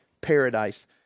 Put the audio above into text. paradise